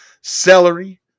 celery